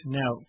now